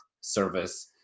service